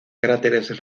cráteres